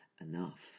enough